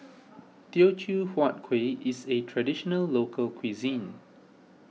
Teochew Huat Kueh is a Traditional Local Cuisine